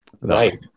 Right